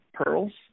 pearls